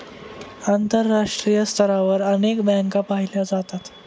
आंतरराष्ट्रीय स्तरावर अनेक बँका पाहिल्या जातात